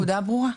הנקודה ברורה.